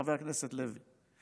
חבר הכנסת לוי.